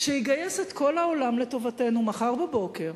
שיגייס את כל העולם לטובתנו מחר בבוקר,